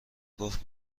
گفت